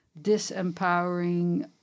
disempowering